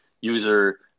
user